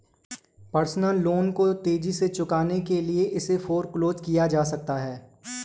personal loan को तेजी से चुकाने के लिए इसे फोरक्लोज किया जा सकता है